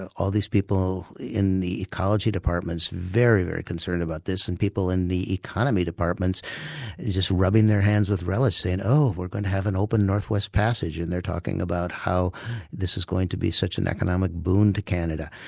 ah all these people in the ecology departments very, very concerned about this and people in the economy departments just rubbing their hands with relish saying, oh, we're going to have an open north-west passage and they're talking about how this is going to be such an economic boon to canada.